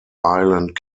island